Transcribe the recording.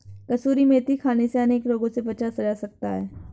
कसूरी मेथी खाने से अनेक रोगों से बचा जा सकता है